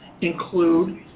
include